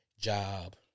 job